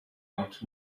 want